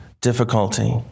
difficulty